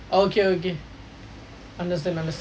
okay okay understand